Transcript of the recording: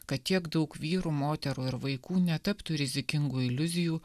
kad tiek daug vyrų moterų ir vaikų netaptų rizikingų iliuzijų